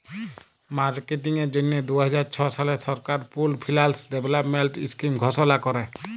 মার্কেটিংয়ের জ্যনহে দু হাজার ছ সালে সরকার পুল্ড ফিল্যাল্স ডেভেলপমেল্ট ইস্কিম ঘষলা ক্যরে